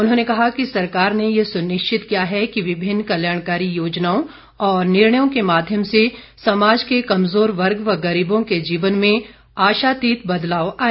उन्होंने कहा कि सरकार ने ये सुनिश्चित किया है कि विभिन्न कल्याणकारी योजनाओं और निर्णयों के माध्यम से समाज के कमजोर वर्ग व गरीबों के जीवन में आशातीत बदलाव आए